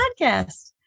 podcast